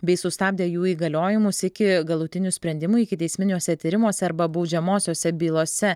bei sustabdė jų įgaliojimus iki galutinių sprendimų ikiteisminiuose tyrimuose arba baudžiamosiose bylose